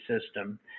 system